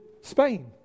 Spain